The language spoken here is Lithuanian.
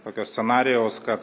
tokio scenarijaus kad